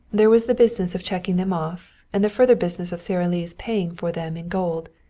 there was the business of checking them off, and the further business of sara lee's paying for them in gold.